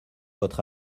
votre